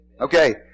Okay